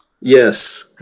Yes